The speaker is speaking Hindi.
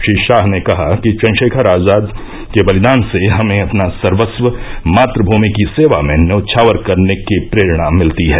श्री शाह ने कहा कि चन्द्रशेखर आजाद के बलिदान से हमें अपना सर्वस्व मातृभूमि की सेवा में न्यौछावर करने की प्रेरणा मिलती है